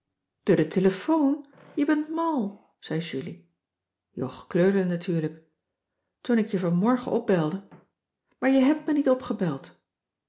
de telefoon je bent màl zei julie jog kleurde natuurlijk toen ik je vanmorgen opbelde maar je hèbt me niet opgebeld